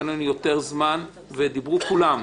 היה לנו יותר זמן ודיברו כולם.